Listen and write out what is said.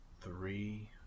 three